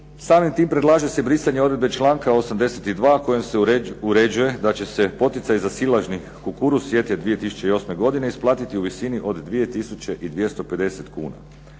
Samim tim predlaže se brisanje odredbe članka 82. kojim se uređuje da će se poticaji za silažni kukuruz sjetve 2008. godine isplatiti u visini od 2250 kuna.